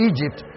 Egypt